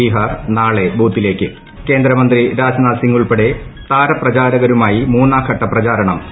ബിഹാർ നാളെ ബൂത്തിലേയ്ക്ക് കേന്ദ്രമന്ത്രി രാജ്നാഥ് സിങ് ഉൾപ്പെടെ താരപ്രചാരകരുമായി മൂസ്സാർഘട്ട പ്രചാരണം സജീവം